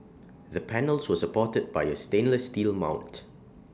the panels were supported by A stainless steel mount